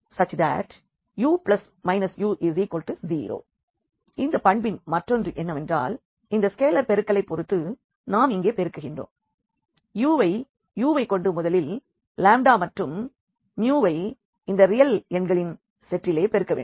u u0 இந்த பண்பின் மற்றொன்று என்னவென்றால் இந்த ஸ்கேலார் பெருக்கலைப் பொறுத்து நாம் இங்கே பெருக்குகின்றோம் வை u வைக் கொண்டு முதலில் மற்றும் mu வை இந்த ரியல் எங்களின் செட்டிலே பெருக்கவேண்டும்